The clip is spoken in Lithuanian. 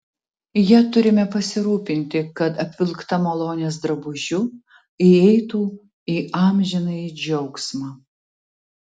ja turime pasirūpinti kad apvilkta malonės drabužiu įeitų į amžinąjį džiaugsmą